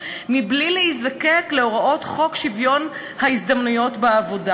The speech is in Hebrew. בלי להזדקק להוראות חוק שוויון ההזדמנויות בעבודה.